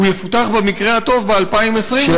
הוא יפותח במקרה הטוב ב-2020,